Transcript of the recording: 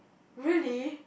really